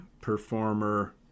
Performer